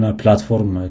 platform